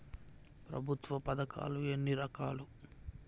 ప్రభుత్వ పథకాలు ఎన్ని రకాలు?